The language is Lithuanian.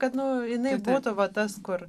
kad nu jinai būtų va tas kur